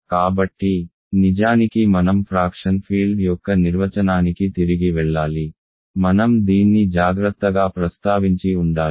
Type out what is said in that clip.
కాబట్టి నిజానికి మనం ఫ్రాక్షన్ ఫీల్డ్ యొక్క నిర్వచనానికి తిరిగి వెళ్లాలి మనం దీన్ని జాగ్రత్తగా ప్రస్తావించి ఉండాలి